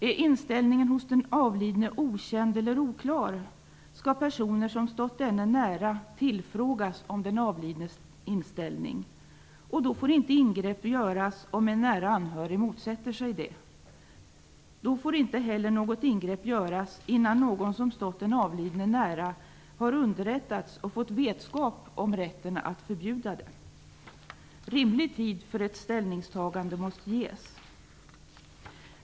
Om inställningen hos den avlidne är okänd eller oklar skall personer som stått denne nära tillfrågas om den avlidnes inställning. Inget ingrepp får då göras om en nära anhörig motsätter sig det. I sådana fall får inte heller något ingrepp göras innan någon som stått den avlidne nära har underrättats och fått vetskap om rätten att förbjuda detta. Rimlig tid för ett ställningstagande måste ges.